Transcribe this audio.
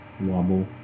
Wobble